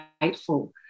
grateful